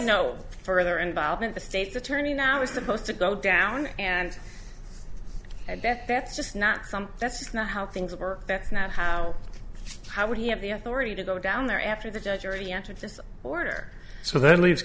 no further involvement the state's attorney now is supposed to go down and i bet that's just not some that's not how things work that's not how how would he have the authority to go down there after the judge already entered just order so that leaves